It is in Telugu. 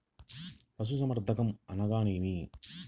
పశుసంవర్ధకం అనగానేమి?